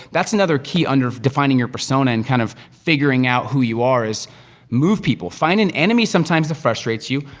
that's another key under defining your persona, and kind of figuring out who you are, is move people. find an enemy, sometimes it frustrates you.